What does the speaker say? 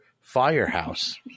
firehouse